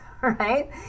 right